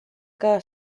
que